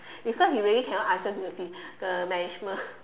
because he really can not answer to the the management